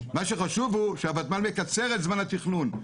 מה שחשוב הוא שהוותמ"ל מקצר את זמן התכנון.